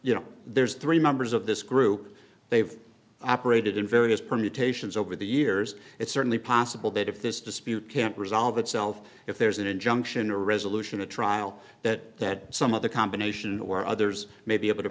you know there's three members of this group they've operated in various permutations over the years it's certainly possible that if this dispute can't resolve itself if there's an injunction a resolution a trial that some other combination or others may be able to